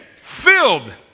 filled